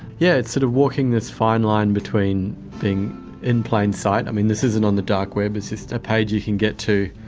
yeah it's sort of walking this fine line between being in plain sight, i mean, this isn't on the dark web, it's just a page you can get to.